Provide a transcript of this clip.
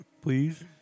Please